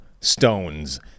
stones